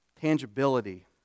tangibility